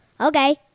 Okay